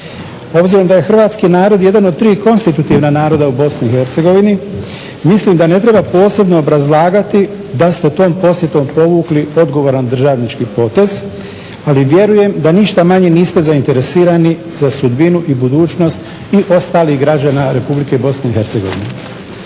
Obzirom da je hrvatski narod jedan od tri konstitutivna naroda u BiH mislim da ne treba posebno obrazlagati da ste tom posjetom povukli odgovoran državnički potez, ali vjerujem da ništa manje niste zainteresirani za sudbinu i budućnost i ostalih građana Republike BiH.